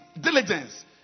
diligence